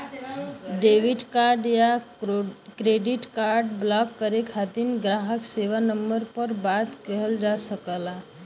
debit card या credit card block करे खातिर ग्राहक सेवा नंबर पर बात किहल जा सकला